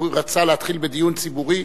הוא רצה להתחיל בדיון ציבורי.